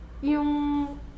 yung